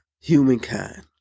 humankind